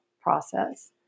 process